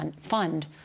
fund